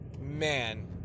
Man